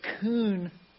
coon